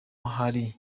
hari